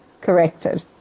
corrected